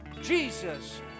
Jesus